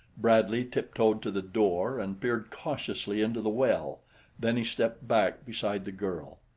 bradley tiptoed to the door and peered cautiously into the well then he stepped back beside the girl.